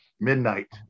midnight